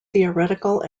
theoretical